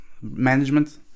management